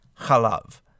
Chalav